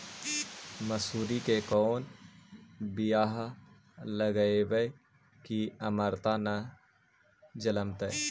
मसुरी के कोन बियाह लगइबै की अमरता न जलमतइ?